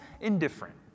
indifferent